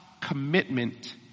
commitment